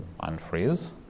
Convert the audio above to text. unfreeze